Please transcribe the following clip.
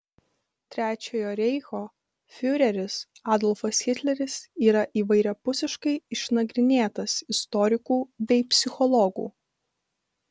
trečiojo reicho fiureris adolfas hitleris yra įvairiapusiškai išnagrinėtas istorikų bei psichologų